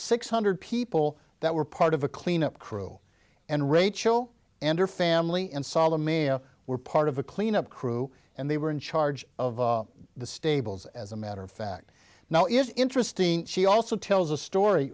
six hundred people that were part of a cleanup crew and rachel and her family and solemn a were part of a cleanup crew and they were in charge of the stables as a matter of fact now is interesting she also tells a story